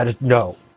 No